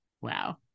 Wow